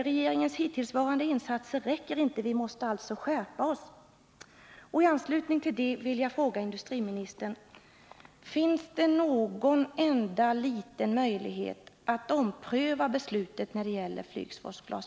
Regeringens hittillsvarande insatser räcker inte — vi måste skärpa oss.